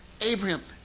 Abraham